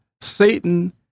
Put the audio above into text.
Satan